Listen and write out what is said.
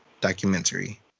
documentary